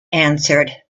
answered